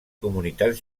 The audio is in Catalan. comunitats